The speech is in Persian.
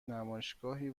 نمایشگاهی